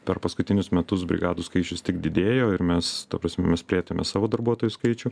per paskutinius metus brigadų skaičius tik didėjo ir mes ta prasme mes plėtėme savo darbuotojų skaičių